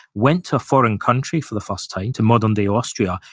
went to a foreign country for the first time, to modern day austria,